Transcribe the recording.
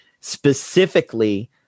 specifically